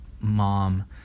mom